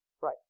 Right